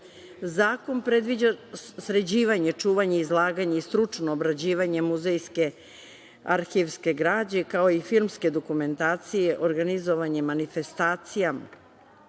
šupe“.Zakon predviđa sređivanje, čuvanje, izlaganje i stručno obrađivanje muzejske arhivske građe, kao i filmske dokumentacije, organizovanje manifestacija,